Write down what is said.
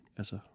altså